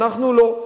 אנחנו לא.